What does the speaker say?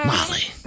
Molly